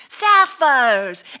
sapphires